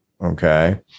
okay